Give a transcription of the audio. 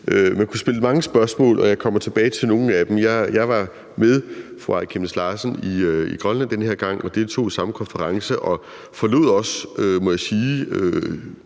Man kunne stille mange spørgsmål, og jeg kommer tilbage til nogle af dem. Jeg var med fru Aaja Chemnitz Larsen i Grønland den her gang og deltog i samme konference og forlod også Nuuk, må jeg sige,